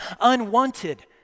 unwanted